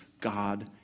God